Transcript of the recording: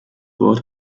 wort